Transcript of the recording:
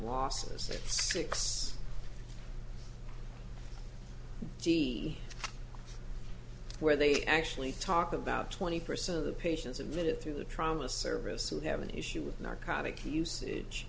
losses six d where they actually talk about twenty percent of the patients of it through the trauma service who have an issue with narcotic usage